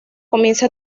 comienza